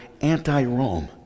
anti-Rome